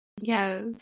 Yes